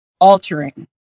altering